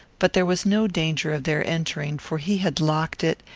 but there was no danger of their entering, for he had locked it,